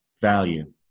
value